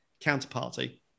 counterparty